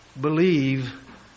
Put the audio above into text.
believe